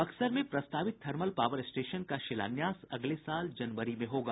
बक्सर में प्रस्तावित thermal power station का शिलान्यास अगले साल जनवरी में होगा